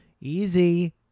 easy